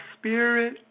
spirit